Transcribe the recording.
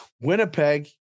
Winnipeg